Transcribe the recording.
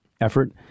effort